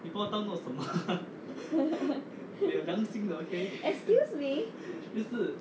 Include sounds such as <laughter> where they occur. <laughs> excuse me